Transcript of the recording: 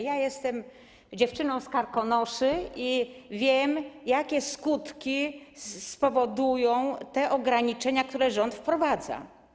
Jestem dziewczyną z Karkonoszy i wiem, jakie skutki spowodują te ograniczenia, które rząd wprowadza.